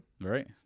right